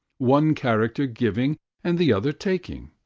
one character giving and the other taking.